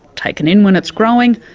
taken in when it's growing,